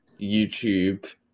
youtube